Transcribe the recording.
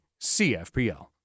CFPL